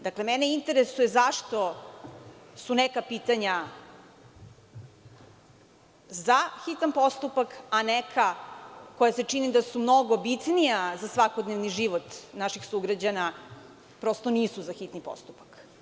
Dakle, mene interesuje zašto su neka pitanja za hitan postupak, a neka, koja se čini da su mnogo bitnija za svakodnevni život naših sugrađana, prosto nisu za hitni postupak?